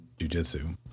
jujitsu